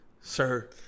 Sir